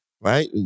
Right